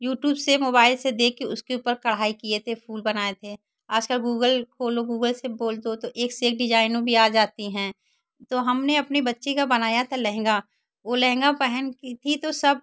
YouTube से mobile से देख कर उसके ऊपर कढ़ाई किए थे फूल बनाए थे आज कल गूगल खोलो गूगल से बोल दो तो एक से एक डिजाइनो भी आ जाती हैं तो हमने अपनी बच्ची का बनाया था लहँगा वह लहँगा पहन की थी तो सब